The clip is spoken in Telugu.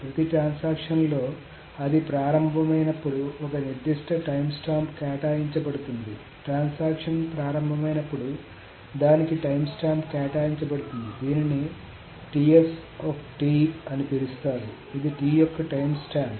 ప్రతి ట్రాన్సాక్షన్ లో అది ప్రారంభమైనప్పుడు ఒక నిర్దిష్ట టైమ్స్టాంప్ కేటాయించబడుతుంది ట్రాన్సాక్షన్ ప్రారంభ మైనప్పుడు దానికి టైమ్స్టాంప్ కేటాయించబడుతుంది దీనిని అని పిలుస్తారు ఇది T యొక్క టైమ్స్టాంప్